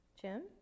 Jim